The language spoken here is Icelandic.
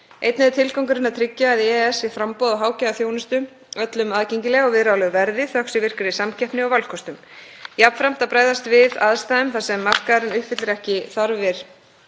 Einnig er tilgangurinn að tryggja að í EES sé framboð af hágæðaþjónustu öllum aðgengileg á viðráðanlegu verði, þökk sé virkri samkeppni og valkostum. Jafnframt að bregðast við aðstæðum þar sem markaðurinn uppfyllir ekki þarfir